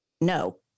No